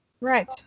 right